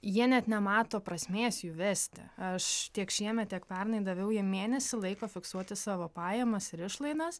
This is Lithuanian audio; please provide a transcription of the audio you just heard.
jie net nemato prasmės jų vesti aš tiek šiemet tiek pernai daviau jiem mėnesį laiko fiksuoti savo pajamas ir išlaidas